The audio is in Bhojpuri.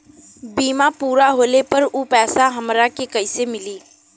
बीमा पूरा होले पर उ पैसा हमरा के कईसे मिली?